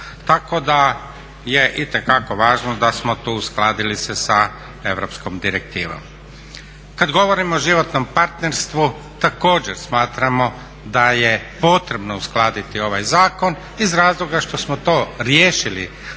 Tako da je itekako važno da smo tu uskladili se sa europskom direktivom. Kad govorimo o životnom partnerstvu također smatramo da je potrebno uskladiti ovaj zakon iz razloga što smo to riješili